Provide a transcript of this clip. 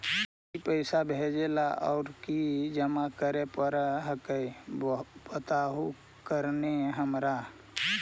जड़ी पैसा भेजे ला और की जमा करे पर हक्काई बताहु करने हमारा?